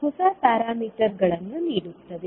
ಹೊಸ ಪ್ಯಾರಾಮೀಟರ್ಗಳನ್ನು ನೀಡುತ್ತದೆ